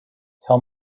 tell